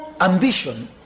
ambition